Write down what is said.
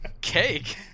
cake